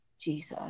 Jesus